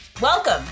Welcome